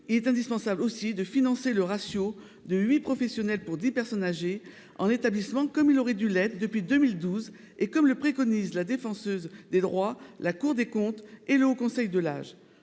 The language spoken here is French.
il est indispensable de financer le ratio de huit professionnels pour dix personnes âgées en établissement, ainsi que ce devrait être le cas depuis 2012 et comme le préconisent la Défenseure des droits, la Cour des comptes et le Haut Conseil de la